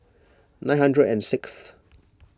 nine hundred and sixth